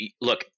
Look